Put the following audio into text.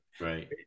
Right